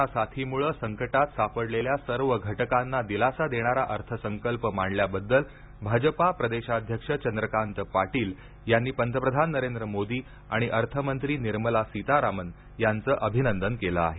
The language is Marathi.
कोरोना साथीमुळं संकटात सापडलेल्या सर्व घटकांना दिलासा देणारा अर्थसंकल्प मांडल्याबद्दल भाजपा प्रदेशाध्यक्ष चंद्रकांत पाटील यांनी पंतप्रधान नरेंद्र मोदी आणि अर्थमंत्री निर्मला सीतारामन यांचं अभिनंदन केलं आहे